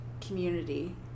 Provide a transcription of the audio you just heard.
community